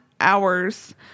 hours